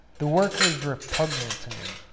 the work was repugnant to me,